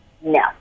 no